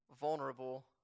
vulnerable